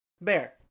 Bear